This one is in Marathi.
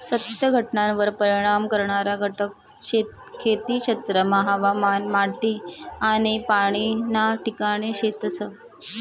सत्य घटनावर परिणाम करणारा घटक खेती क्षेत्रमा हवामान, माटी आनी पाणी ना ठिकाणे शेतस